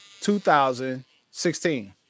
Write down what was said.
2016